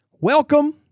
welcome